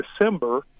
December